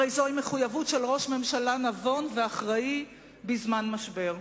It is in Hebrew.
הרי זוהי מחויבות של ראש ממשלה נבון ואחראי בזמן משבר.